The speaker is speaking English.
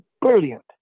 brilliant